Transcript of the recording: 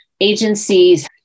Agencies